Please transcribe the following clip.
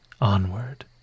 onward